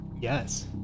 yes